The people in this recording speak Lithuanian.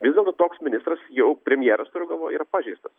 vis dėlto toks ministras jau premjeras turiu galvoj yra pažeistas